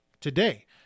Today